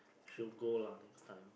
should go lah next time